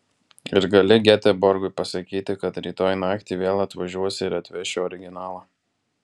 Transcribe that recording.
ir gali geteborgui pasakyti kad rytoj naktį vėl atvažiuosi ir atveši originalą